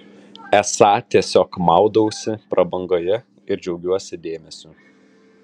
esą tiesiog maudausi prabangoje ir džiaugiuosi dėmesiu